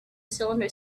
cylinder